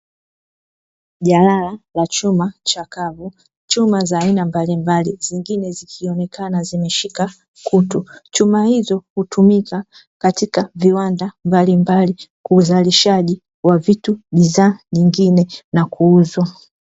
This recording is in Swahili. Jalala la chuma chakavu. Chuma za aina mbalimbali zingine zikionekana zimeshika kutu. Chuma hizo hutumika katika viwanda mbalimbali kwa uzalishaji wa vitu, bidhaa nyingine na kuuzwa.